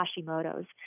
Hashimoto's